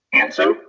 Answer